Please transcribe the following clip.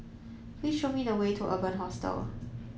please show me the way to Urban Hostel